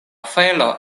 felo